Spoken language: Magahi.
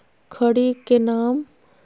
खड़ी के नाम?